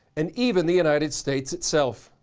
and even the united states itself.